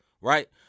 right